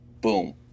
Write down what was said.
boom